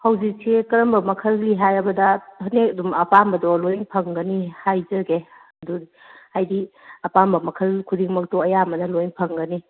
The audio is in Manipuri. ꯍꯧꯖꯤꯛꯁꯦ ꯀꯔꯝꯕ ꯃꯈꯜꯒꯤ ꯍꯥꯏꯔꯕꯗ ꯑꯗꯨꯝ ꯑꯄꯥꯝꯕꯗꯣ ꯂꯣꯏꯅ ꯐꯪꯒꯅꯤ ꯍꯥꯏꯖꯒꯦ ꯑꯗꯨ ꯍꯥꯏꯗꯤ ꯑꯄꯥꯝꯕ ꯃꯈꯜ ꯈꯨꯗꯤꯡꯃꯛꯇꯣ ꯑꯌꯥꯝꯕꯅ ꯂꯣꯏꯅ ꯐꯪꯒꯅꯤ